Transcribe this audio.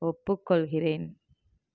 ஒப்புக்கொள்கிறேன்